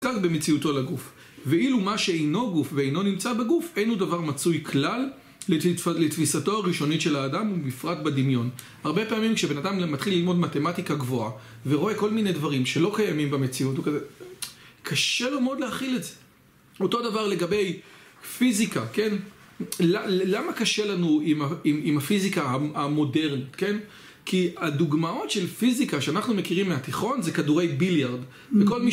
-קן במציאותו לגוף. ואילו מה שאינו גוף ואינו נמצא בגוף, אינו דבר מצוי כלל, לתיתפל-לתפיסתו הראשונית של האדם, ובפרט בדמיון. הרבה פעמים כשבן אדם מ-מתחיל ללמוד מתמטיקה גבוהה, ורואה כל מיני דברים שלא קיימים במציאות, הוא כזה... קשה לו מאוד להכיל את זה. אותו דבר לגבי... פיזיקה, כן? ל-ל-למה קשה לנו עם ה-עם הפיזיקה המודרנית, כן? כי, הדוגמאות של פיזיקה, שאנחנו מכירים מהתיכון, זה כדורי ביליארד, כל מ...